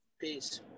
Peace